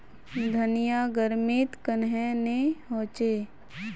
धनिया गर्मित कन्हे ने होचे?